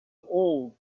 all